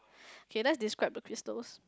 K let's describe the crystals